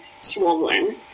swollen